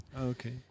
Okay